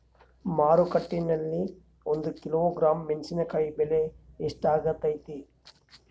ಮಾರುಕಟ್ಟೆನಲ್ಲಿ ಒಂದು ಕಿಲೋಗ್ರಾಂ ಮೆಣಸಿನಕಾಯಿ ಬೆಲೆ ಎಷ್ಟಾಗೈತೆ?